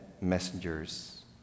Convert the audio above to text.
messengers